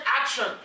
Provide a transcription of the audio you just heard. action